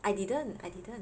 I didn't I didn't